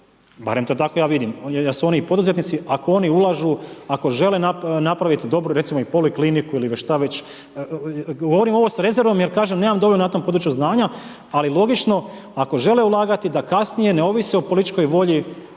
barem to tako ja vidim, da su oni poduzetnici ako oni ulažu, ako žele napraviti dobru recimo i polikliniku ili šta već. Govorim ovo s rezervom jer kažem, nemam dovoljno na tom području znanju, ali logično, ako žele ulagati da kasnije ne ovise o političkoj volji